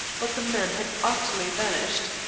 but the man had utterly vanished.